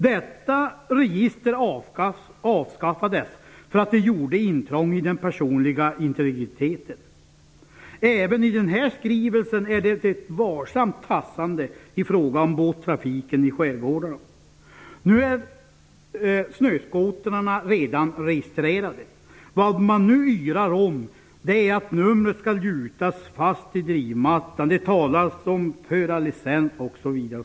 Båtregistret avskaffades därför att det innebar intrång i den personliga integriteten. Även i den här skrivelsen är det ett varsamt tassande i fråga om båttrafiken i skärgårdarna. Snöskotrarna är redan registrerade. Vad man nu yrar om är att numret skall gjutas fast i drivmattan. Det talas om förarlicens osv.